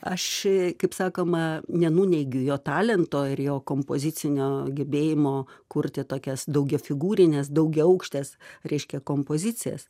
aš kaip sakoma nenuneigiu jo talento ir jo kompozicinio gebėjimo kurti tokias daugiafigūrines daugiaaukštes reiškia kompozicijas